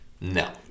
No